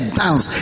dance